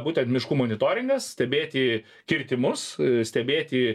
būtent miškų monitoringas stebėti kirtimus stebėti